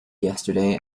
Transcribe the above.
yesterday